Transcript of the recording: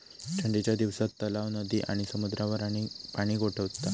ठंडीच्या दिवसात तलाव, नदी आणि समुद्रावर पाणि गोठता